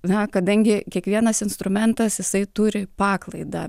na kadangi kiekvienas instrumentas jisai turi paklaidą